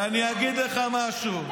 ואני אגיד לך משהו,